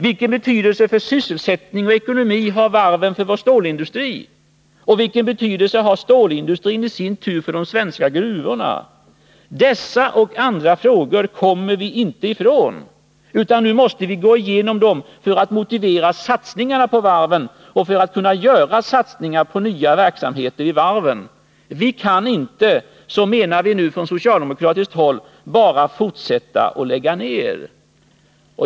Vilken betydelse för sysselsättningen och ekonomin har varven för vår stålindustri — och vilken betydelse har stålindustrin i sin tur för de svenska gruvorna? Dessa och andra frågor kommer vi inte ifrån, utan vi måste nu gå igenom dem för att motivera satsningarna på varven och för att kunna göra satsningar på nya verksamheter vid varven. Vi kan — så menar vi nu från socialdemokratiskt håll — inte bara fortsätta att lägga ned.